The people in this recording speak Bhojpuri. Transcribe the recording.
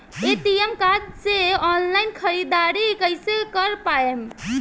ए.टी.एम कार्ड से ऑनलाइन ख़रीदारी कइसे कर पाएम?